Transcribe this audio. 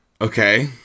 Okay